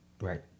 Right